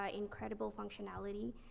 ah incredible functionality.